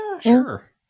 sure